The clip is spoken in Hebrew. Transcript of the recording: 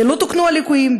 לא תוקנו הליקויים.